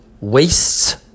Wastes